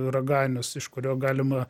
raganius iš kurio galima